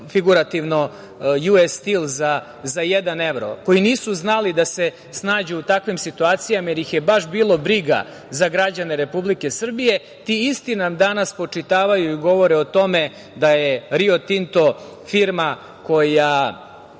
figurativno „Ju-Es-Stil“ za jedan evro, koji nisu znali da se snađu u takvim situacijama jer ih je baš bilo briga za građane Republike Srbije, ti isti nam danas spočitavaju i govore o tome da je „Rio Tinto“ firma koja